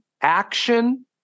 action